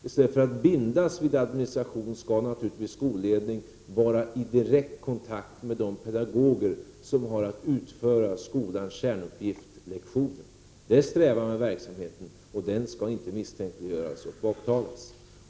I stället för att bindas vid administration skall naturligtvis skolledningen vara i direkt kontakt med de pedagoger som har att utföra skolans kärnuppgift, lektionerna. Det är strävan i verksamheten, och den skall inte misstänkliggöras och baktalas.